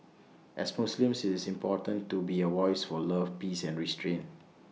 as Muslims it's important to be A voice for love peace and restraint